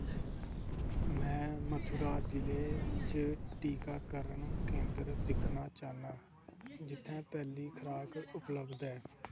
में मथुरा जि'ले च टीकाकरण केंदर दिक्खना चाह्न्नां जित्थै पैह्ली खराक उपलब्ध ऐ